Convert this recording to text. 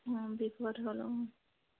অঁ বিপদ হ'ল অঁ